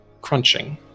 crunching